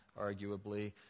arguably